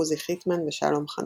עוזי חיטמן ושלום חנוך.